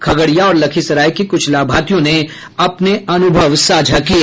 खगड़िया और लखीसराय के कुछ लाभार्थियों ने अपने अनुभव साझा किये